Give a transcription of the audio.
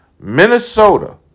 Minnesota